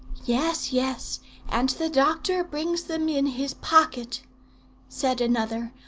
yes, yes and the doctor brings them in his pocket said another,